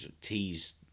tease